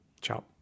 ciao